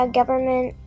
government